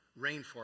rainforest